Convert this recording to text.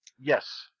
Yes